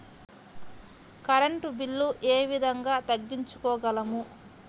Current bill ఏ విధంగా తగ్గించుకోగలము?